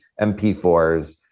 MP4s